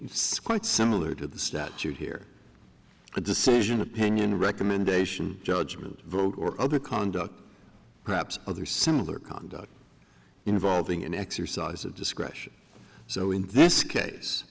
says quite similar to the statute here a decision opinion recommendation judgment vote or other conduct perhaps other similar conduct involving an exercise of discretion so in this case